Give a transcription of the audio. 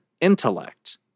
intellect